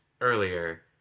earlier